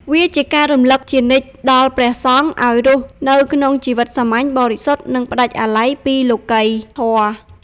វាជាការរំលឹកជានិច្ចដល់ព្រះសង្ឃឲ្យរស់នៅក្នុងជីវិតសាមញ្ញ បរិសុទ្ធ និងផ្តាច់អាល័យពីលោកិយធម៌។